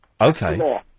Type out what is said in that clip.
Okay